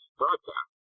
broadcast